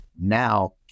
now